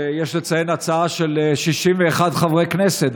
יש לציין שזאת הצעה של 61 חברי כנסת,